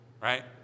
Right